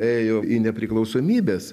ėjo į nepriklausomybės